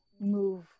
move